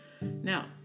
now